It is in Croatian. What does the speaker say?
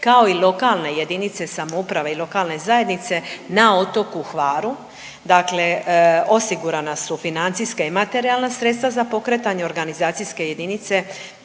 kao i lokalne jedinice samouprave i lokalne zajednice na otoku Hvaru. Dakle, osigurana su financijska i materijalna sredstva za pokretanje organizacijske jedinice